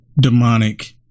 demonic